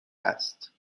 است